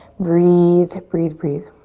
breathe, breathe, breathe.